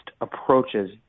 approaches